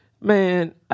Man